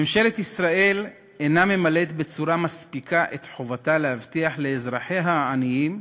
ממשלת ישראל אינה ממלאת בצורה מספיקה את חובתה להבטיח לאזרחיה העניים,